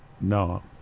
no